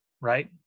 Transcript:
right